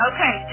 Okay